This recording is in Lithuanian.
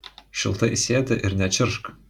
šiltai sėdi ir nečirkšk